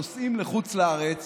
נוסעים לחוץ לארץ